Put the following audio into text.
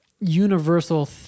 universal